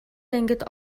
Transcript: ангид